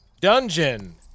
dungeon